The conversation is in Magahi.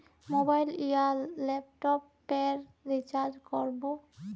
मोबाईल या लैपटॉप पेर रिचार्ज कर बो?